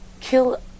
Kill